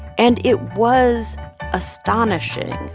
and it was astonishing,